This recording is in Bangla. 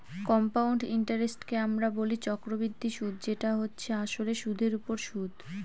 কম্পাউন্ড ইন্টারেস্টকে আমরা বলি চক্রবৃদ্ধি সুদ যেটা হচ্ছে আসলে সুধের ওপর সুদ